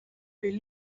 bet